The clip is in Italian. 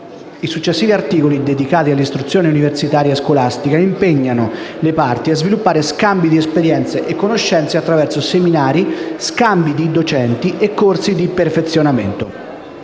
articoli, da 1 a 6, dedicati all'istruzione universitaria e scolastica, impegnano le parti a sviluppare scambi di esperienze e conoscenze attraverso seminari, scambi di docenti e corsi di perfezionamento.